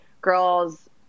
girls